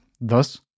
Thus